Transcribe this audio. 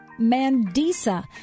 Mandisa